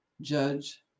judge